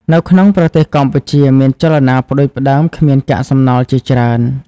នៅក្នុងប្រទេសកម្ពុជាមានចលនាផ្តួចផ្តើមគ្មានកាកសំណល់ជាច្រើន។